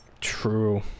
true